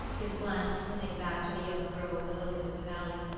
his glance flitting back to the young girl with the lilies-of-the-valley.